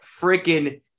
freaking